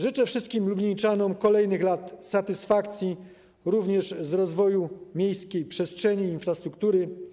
Życzę wszystkim lublińczanom kolejnych lat satysfakcji, również z rozwoju miejskiej przestrzeni i infrastruktury.